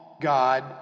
God